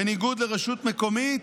בניגוד לרשות מקומית,